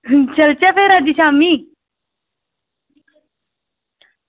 चलचै फिर अज्ज शाम्मी